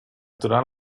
durant